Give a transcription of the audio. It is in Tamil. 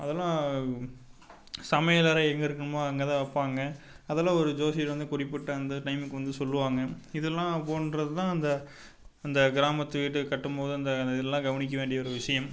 அது எல்லாம் சமையல் அறை எங்கே இருக்கணுமா அங்கே தான் வைப்பாங்க அது எல்லாம் ஒரு ஜோசியர் வந்து குறிப்பிட்டு அந்த டைமுக்கு வந்து சொல்லுவாங்க இது எல்லாம் போன்றது தான் அந்த அந்த கிராமத்து வீடு கட்டும்மோது அந்த இது எல்லாம் கவனிக்க வேண்டிய ஒரு விஷயம்